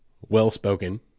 well-spoken